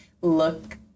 look